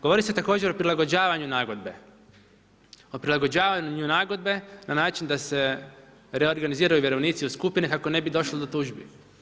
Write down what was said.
Govori se također o prilagođavanju nagodbe, o prilagođavanju nagodbe na način da se reorganiziraju vjerovnici u skupine kako ne bi došlo do tužbi.